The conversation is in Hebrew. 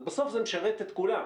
אז בסוף זה משרת את כולם.